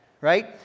right